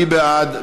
מי בעד?